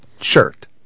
shirt